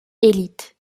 élite